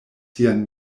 sian